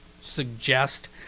suggest